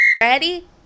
Ready